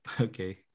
Okay